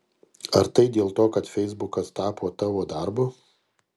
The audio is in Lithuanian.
ar tai dėl to kad feisbukas tapo tavo darbu